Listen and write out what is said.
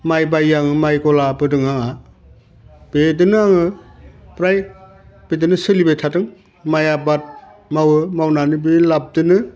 माय बायो आङो माय गलाबो दों आंहा बेदिनो आङो फ्राय बिदिनो सोलिबाय थादों माय आबाद मावो मावनानै बे लाबदोनो